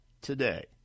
Today